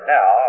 now